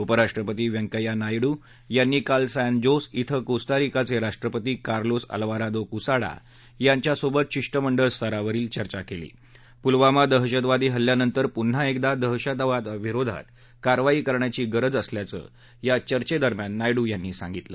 उपराष्ट्रपती व्यंकया नायडू यांनी काल सॅन जोस िंग कोस्तारिकाचे राष्ट्रपती कार्लोस अल्वारादो कुसाडा यांच्यासोबत शिष्टमंडळ स्तरावरील चर्चा केली पुलवामा दहशतवादी हल्ल्यानंतर पुन्हा एकदा दहशतवादाविरोधात कारवाईची गरज असल्याचं या चर्घेदरम्यान नायडू यांनी यांनी सांगितलं